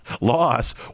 loss